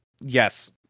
yes